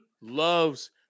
loves